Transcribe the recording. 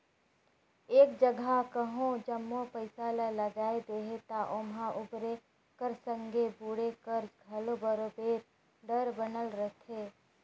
एक जगहा कहों जम्मो पइसा ल लगाए देहे ता ओम्हां उबरे कर संघे बुड़े कर घलो बरोबेर डर बनल रहथे